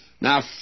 Now